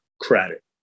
credit